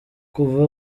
kuva